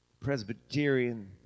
Presbyterian